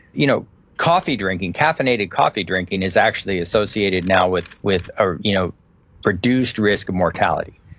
you know coffee drinking, caffeinated coffee drinking is actually associated now with with ah you know reduced risk of mortality.